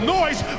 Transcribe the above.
noise